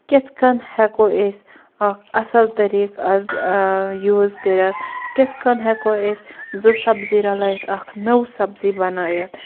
کِتھٕ کٔنۍ ہیٚکو أسۍ اکھ اصٕل طریٖقہٕ از یوٗز کٔرِتھ کِتھٕ کٔنۍ ہیٚکو أسۍ زٕ سَبزی رَلٲوِتھ اکھ نوٚو سبزی بَنٲوِتھ